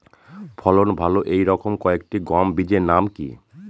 ফলন ভালো এই রকম কয়েকটি গম বীজের নাম কি?